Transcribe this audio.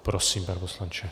Prosím, pane poslanče.